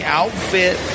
outfit